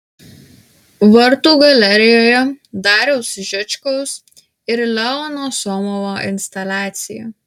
vartų galerijoje dariaus žickaus ir leono somovo instaliacija